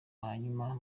hanyuma